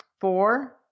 Four